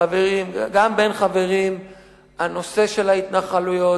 חברים, גם בין חברים הנושא של ההתנחלויות,